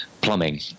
plumbing